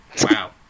Wow